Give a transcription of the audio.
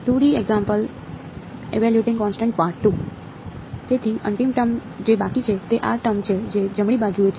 તેથી અંતિમ ટર્મ જે બાકી છે તે આ ટર્મ છે જે જમણી બાજુએ છે